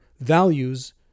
values